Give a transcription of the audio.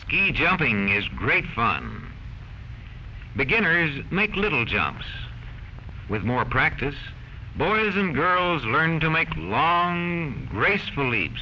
ride jumping is great fun beginners make little jumps with more practice boys and girls learn to make long gracefully